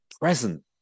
present